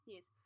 Yes